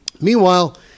Meanwhile